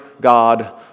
God